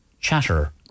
chatter